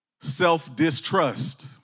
Self-distrust